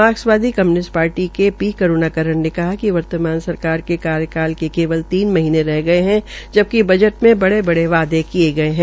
मार्कसवादी communist party के K P Karunakaran ने कहा कि वर्तमान सरकार ने कार्यकाल के केवल तीन महीने रह गये है जबकि बजट में बड़े बड़े वादे किये गये है